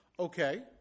Okay